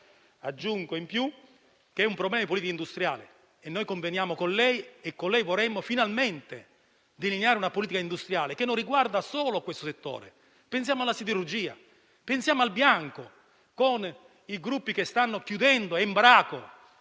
Aggiungo inoltre che è un problema di politica industriale. Ne conveniamo con lei e con lei vorremmo finalmente delineare una politica industriale che non riguardi solo questo settore. Pensiamo alla siderurgia, pensiamo all'industria del bianco e ai gruppi che stanno chiudendo come Embraco